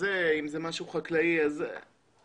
בזה ואם זה יהיה משהו חקלאי אז כך וכך,